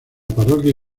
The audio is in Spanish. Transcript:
parroquia